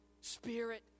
spirit